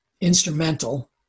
instrumental